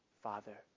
Father